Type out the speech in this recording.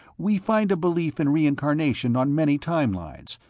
we find a belief in reincarnation on many time-lines,